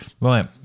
Right